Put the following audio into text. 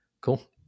Cool